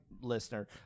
listener